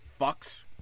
fucks